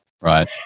Right